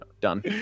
Done